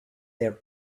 their